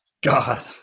God